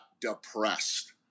depressed